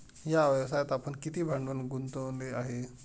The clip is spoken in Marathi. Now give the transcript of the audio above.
या व्यवसायात आपण किती भांडवल गुंतवले आहे?